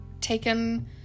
taken